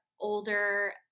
older